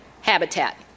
habitat